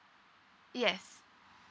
yes